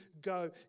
go